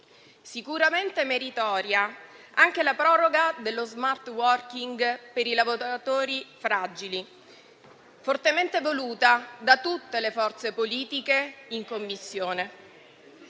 sicuramente meritoria anche la proroga dello *smart working* per i lavoratori fragili, fortemente voluta da tutte le forze politiche in Commissione.